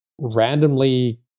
randomly